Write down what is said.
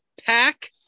pack